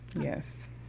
yes